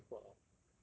过了一会儿 orh